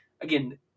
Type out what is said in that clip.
again